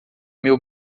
meu